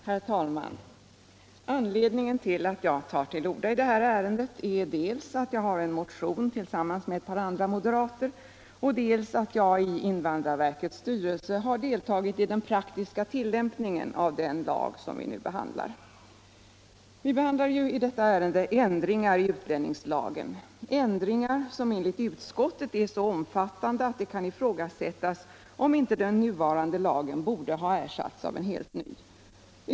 Herr talman! Anledningen till att jag tar till orda i det här ärendet är dels att jag har väckt en motion tillsammans med ett par andra moderater, dels att jag i invandrarverkets styrelse har deltagit i den praktiska tillämpningen av den lag som vi nu behandlar. Det gäller ju ändringar i utlänningslagen, ändringar som enligt utskottet är så omfattande att det kan ifrågasättas om inte den nuvarande lagen borde ha ersatts med en helt ny.